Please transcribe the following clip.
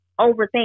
overthink